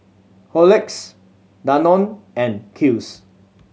Horlicks Danone and Kiehl's